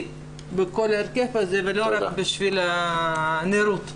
בכל ההרכב הזה ולא רק בשביל נראות ציבורית.